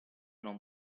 non